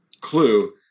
clue